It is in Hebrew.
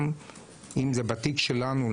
גם אם זה בתיק שלנו,